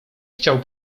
chciał